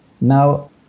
Now